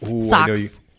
socks